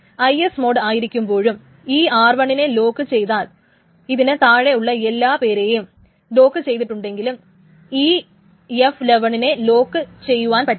IS mode ആയിരിക്കുമ്പോഴും ഈ r1 നെ ലോക്കു ചെയ്താൽ ഇതിന് താഴെ ഉള്ള എല്ലാ പെരേയും ലോക്കു ചെയ്തിട്ടുണ്ടെങ്കിലും ഈ f11 നെ ലോക്ക് ചെയ്യുവാൻ പറ്റില്ല